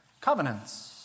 covenants